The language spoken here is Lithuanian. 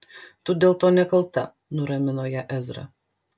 tu dėl to nekalta nuramino ją ezra